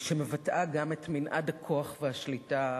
שמבטאה גם את מנעד הכוח והשליטה